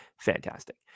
Fantastic